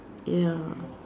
ya